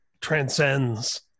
transcends